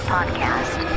Podcast